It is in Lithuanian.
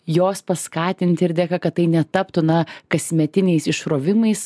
jos paskatinti ir dėka kad tai netaptų na kasmetiniais išrovimais